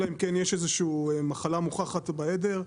אלא אם כן יש איזשהו מחלה מוכחת בעדר,